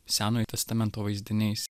senojo testamento vaizdiniais